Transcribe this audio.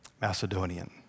Macedonian